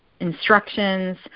instructions